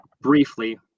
briefly